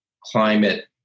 climate